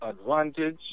advantage